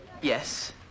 Yes